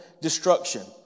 destruction